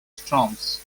storms